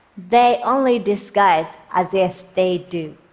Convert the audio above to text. they only disguise as if they do.